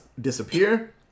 disappear